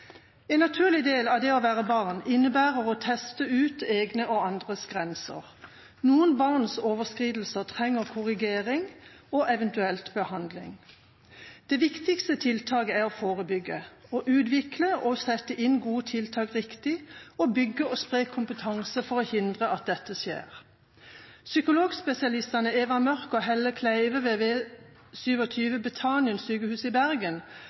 En naturlig del av det å være barn innebærer å teste ut egne og andres grenser. Noen barns overskridelser trenger korrigering og eventuelt behandling. Det viktigste tiltaket er å forebygge – å utvikle og sette inn gode tiltak tidlig, og å bygge og spre kompetanse for å hindre at dette skjer. Psykologspesialistene Eva Mørch og Helle Kleive ved V27 på Betanien sykehus i Bergen